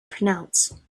pronounce